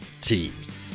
teams